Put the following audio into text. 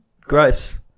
Gross